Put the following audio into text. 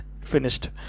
finished